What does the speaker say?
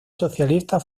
socialista